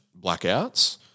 blackouts